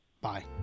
Bye